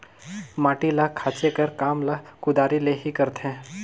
माटी ल खाचे कर काम ल कुदारी ले ही करथे